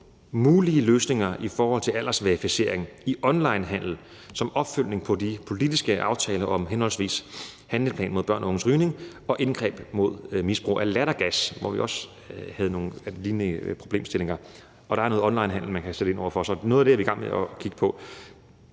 mulige løsninger i forhold til aldersverificering i onlinehandel som opfølgning på de politiske aftaler om henholdsvis en handleplan mod børns og unges rygning og indgreb mod misbrug af lattergas, hvor vi også havde nogle lignende problemstillinger, og der er noget i forhold til onlinehandel, vi kan sætte ind over for, så noget af det er vi i gang med at kigge på.